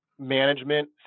management